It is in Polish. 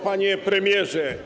Panie Premierze!